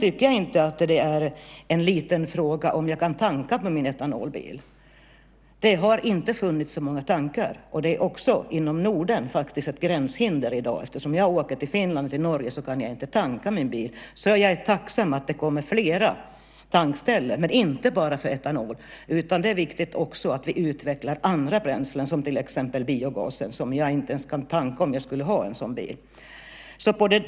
Om jag kan tanka min etanolbil tycker jag inte är en liten fråga. Det har inte funnits så många tankar. Inom Norden är detta faktiskt också ett gränshinder. Jag åker till både Finland och Norge men kan inte tanka min bil. Därför är jag tacksam för att det kommer fler tankställen, men då inte bara för etanol. Det är viktigt att också utveckla andra bränslen, till exempel biogas som jag inte ens kan tanka om jag nu skulle ha en sådan bil.